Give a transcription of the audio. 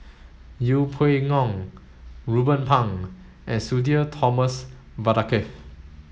Yeng Pway Ngon Ruben Pang and Sudhir Thomas Vadaketh